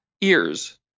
ears